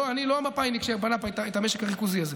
אני לא המפא"יניק שבנה פה את המשק הריכוזי הזה.